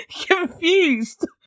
confused